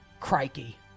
Crikey